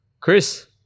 Chris